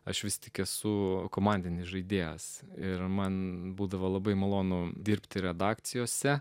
aš vis tik esu komandinis žaidėjas ir man būdavo labai malonu dirbti redakcijose